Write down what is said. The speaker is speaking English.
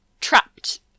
trapped